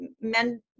men